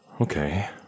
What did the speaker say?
Okay